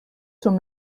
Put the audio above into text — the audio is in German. zum